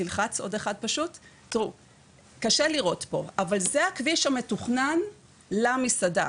אבל זה הכביש המתוכנן למסעדה,